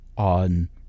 On